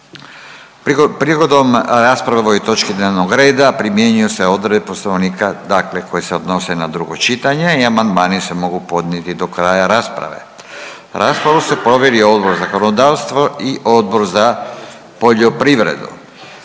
Prigodom rasprave o ovoj točki dnevnog reda primjenjuju se odredbe Poslovnika, dakle koje se odnose na drugo čitanje i amandmani se mogu podnijeti do kraja rasprave. Raspravu su proveli Odbor za zakonodavstvo i Odbor za poljoprivredu.